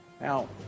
Now